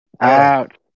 Out